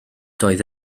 doedd